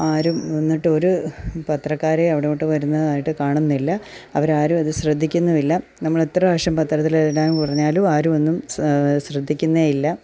ആരും എന്നിട്ടൊരു പത്രക്കാരേ അവിടോട്ടു വരുന്നതായിട്ടു കാണുന്നില്ല അവരാരുമത് ശ്രദ്ധിക്കുന്നുമില്ല നമ്മളെത്ര വർഷം പാത്രത്തിലിടാൻ പറഞ്ഞാലും ആരുമൊന്നും സ ശ്രദ്ധിക്കുന്നേയില്ല